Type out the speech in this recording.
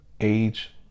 age